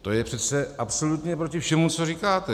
To je přece absolutně proti všemu, co říkáte.